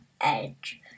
edge